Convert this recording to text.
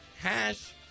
hash